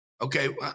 Okay